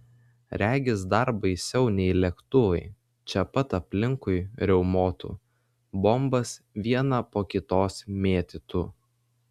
regis dar baisiau nei lėktuvai čia pat aplinkui riaumotų bombas vieną po kitos mėtytų